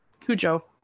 Cujo